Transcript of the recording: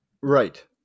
Right